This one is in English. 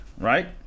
right